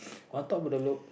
on top of the loop